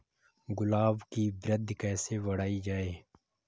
गुलाब की वृद्धि कैसे बढ़ाई जाए?